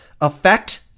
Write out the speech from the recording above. effect